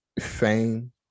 fame